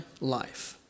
life